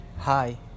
Hi